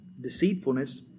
deceitfulness